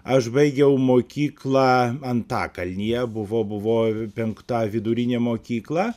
aš baigiau mokyklą antakalnyje buvo buvo penkta vidurinė mokykla